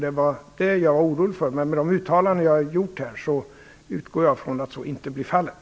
Det var det jag var orolig för, men efter de uttalanden jag gjort utgår jag från att så inte blir fallet.